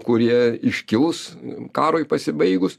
kurie iškils karui pasibaigus